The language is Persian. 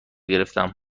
گرفتم